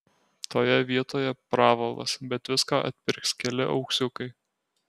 toje vietoje pravalas bet viską atpirks keli auksiukai